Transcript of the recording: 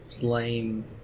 lame